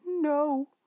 No